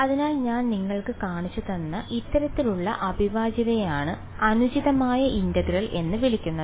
അതിനാൽ ഞാൻ നിങ്ങൾക്ക് കാണിച്ചുതന്ന ഇത്തരത്തിലുള്ള അവിഭാജ്യതയെയാണ് അനുചിതമായ ഇന്റഗ്രൽ എന്ന് വിളിക്കുന്നത്